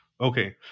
Okay